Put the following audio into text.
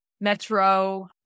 Metro